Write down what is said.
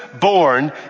born